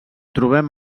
trobem